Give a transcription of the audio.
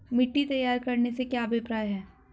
मिट्टी तैयार करने से क्या अभिप्राय है?